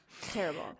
Terrible